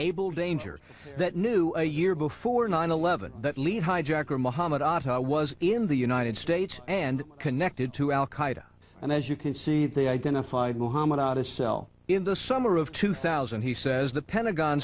able danger that knew a year before nine eleven that lead hijacker mohamed atta was in the united states and connected to al qaeda and as you can see they identified mohammed out his cell in the summer of two thousand he says the pentagon